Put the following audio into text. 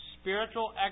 spiritual